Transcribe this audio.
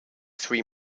three